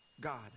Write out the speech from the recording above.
God